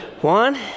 One